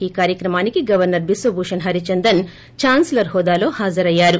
ఈ కార్యక్రమానికి గవర్సర్ చిశ్వభూషణ్ హరిచందన్ దాన్ప్ లర్ హోదాలో హాజరయ్యారు